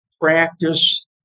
practice